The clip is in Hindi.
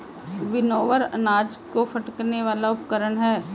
विनोवर अनाज को फटकने वाला उपकरण है